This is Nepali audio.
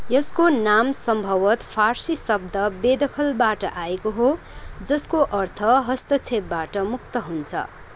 यसको नाम सम्भवत फारसी शब्द बेदखलबाट आएको हो जसको अर्थ हस्तक्षेपबाट मुक्त हुन्छ